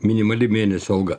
minimali mėnesio alga